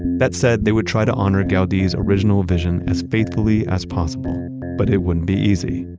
that said, they would try to honor gaudi's original vision as faithfully as possible but it wouldn't be easy.